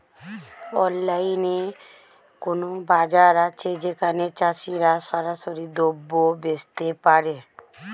অনলাইনে কোনো বাজার আছে যেখানে চাষিরা সরাসরি দ্রব্য বেচতে পারে?